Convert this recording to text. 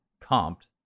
comped